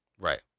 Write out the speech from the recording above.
Right